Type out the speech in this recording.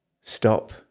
stop